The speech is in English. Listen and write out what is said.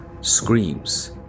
screams